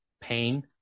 pain